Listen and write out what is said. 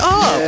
up